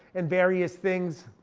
and various things.